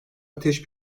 ateş